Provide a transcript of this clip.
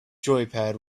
joypad